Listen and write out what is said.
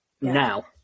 now